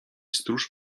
stróż